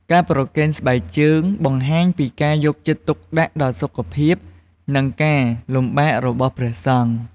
ការប្រគេនស្បែកជើងបង្ហាញពីការយកចិត្តទុកដាក់ដល់សុខភាព និងការលំបាករបស់ព្រះសង្ឃ។